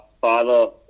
father